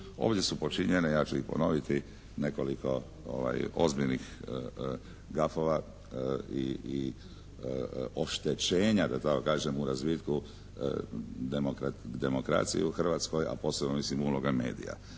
Ovdje su počinjene, ja ću ih ponoviti nekoliko ozbiljnih gafova i oštećenja da tako kažem u razvitku demokracije u Hrvatskoj a posebno mislim uloga medija.